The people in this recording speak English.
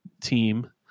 team